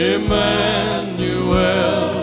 Emmanuel